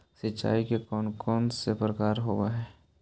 सिंचाई के कौन कौन से प्रकार होब्है?